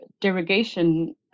derogation